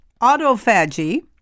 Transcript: autophagy